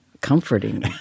comforting